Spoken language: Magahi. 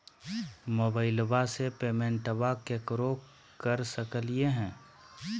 मोबाइलबा से पेमेंटबा केकरो कर सकलिए है?